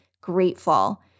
grateful